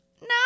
No